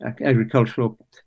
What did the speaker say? agricultural